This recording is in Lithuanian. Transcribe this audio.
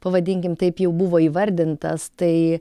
pavadinkim taip jau buvo įvardintas tai